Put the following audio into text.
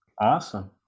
Awesome